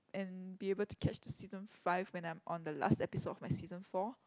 and be able to catch the season five when I'm on the last episode of my season four